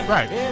Right